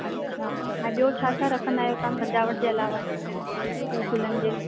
अच्छा ऐं ॿियो छा छा रखंदा आहियो तव्हां सॼावट जे अलावा ग़ुलन जे